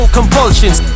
compulsions